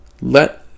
Let